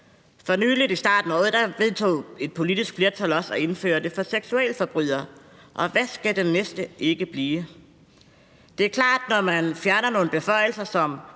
For nylig, i starten af året, vedtog et politisk flertal også at indføre det for seksualforbrydere, og hvad skal det næste ikke blive? Det er klart, at når man fjerner nogle beføjelser, som